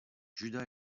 judas